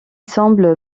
semble